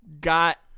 got